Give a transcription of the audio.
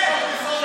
יש